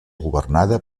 governada